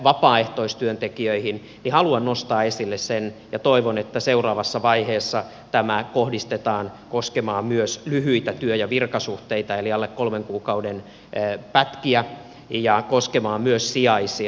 haluan nostaa esille sen ja toivon että seuraavassa vaiheessa tämä kohdistetaan koskemaan myös lyhyitä työ ja virkasuhteita eli alle kolmen kuukauden pätkiä ja koskemaan myös sijaisia